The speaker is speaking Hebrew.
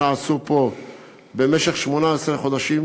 שנעשו פה במשך 18 חודשים.